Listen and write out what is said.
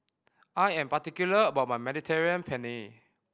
I am particular about my Mediterranean Penne